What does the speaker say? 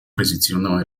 позитивного